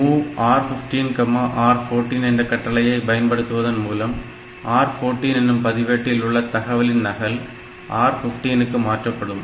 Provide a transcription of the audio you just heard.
MOV R 15 R 14 என்ற கட்டளையை பயன்படுத்துவதன் மூலம் R14 எனும் பதிவேட்டில் உள்ள தகவலின் நகல் R 15 க்கு மாற்றப்படும்